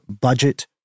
budget